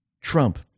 Trump